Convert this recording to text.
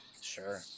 sure